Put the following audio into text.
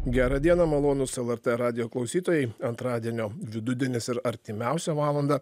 gerą dieną malonūs lrt radijo klausytojai antradienio vidudienis ir artimiausio valandą